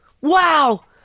Wow